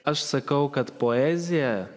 aš sakau kad poeziją